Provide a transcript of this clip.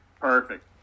Perfect